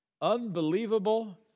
Unbelievable